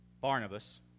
Barnabas